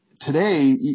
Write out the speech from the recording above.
today